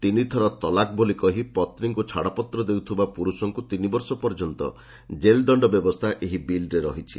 ତିନିଥର ତଲାକ ବୋଲି କହି ପତ୍ନୀଙ୍କୁ ଛାଡ଼ପତ୍ର ଦେଉଥିବା ପୁରୁଷମାନଙ୍କୁ ତିନିବର୍ଷ ପର୍ଯ୍ୟନ୍ତ କେଲ୍ଦଣ୍ଡ ବ୍ୟବସ୍ଥା ଏହି ବିଲ୍ରେ ରହିଛି